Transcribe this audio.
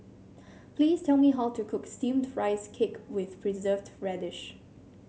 please tell me how to cook steamed Rice Cake with Preserved Radish